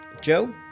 Joe